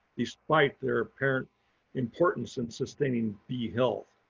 despite their apparent importance in sustaining bee health,